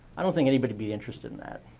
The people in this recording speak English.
i don't think anybody'd be interested in that.